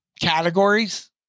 categories